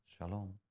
Shalom